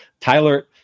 Tyler